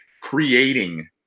creating